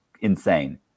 insane